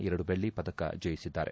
ಎರಡು ಬೆಳ್ಳಿ ಪದಕ ಜಯಿಸಿದ್ದಾರೆ